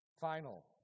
final